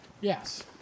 Yes